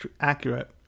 accurate